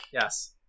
Yes